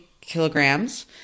kilograms –